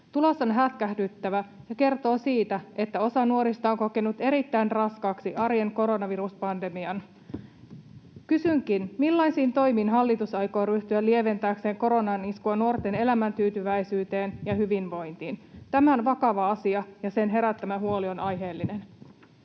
Tulos on hätkähdyttävä ja kertoo siitä, että osa nuorista on kokenut erittäin raskaaksi arjen koronaviruspandemian aikana. Kysynkin: millaisiin toimiin hallitus aikoo ryhtyä lieventääkseen koronan iskua nuorten elämäntyytyväisyyteen ja hyvinvointiin? Tämä on vakava asia, ja sen herättämä huoli on aiheellinen.